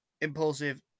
impulsive